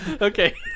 Okay